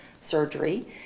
surgery